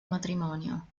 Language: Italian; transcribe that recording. matrimonio